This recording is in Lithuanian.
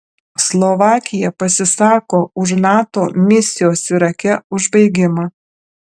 slovakija pasisako už nato misijos irake užbaigimą